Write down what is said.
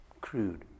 crude